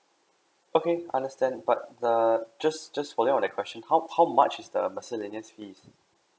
okay understand but err just just following on that question how how much is the miscellaneous fees